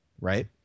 right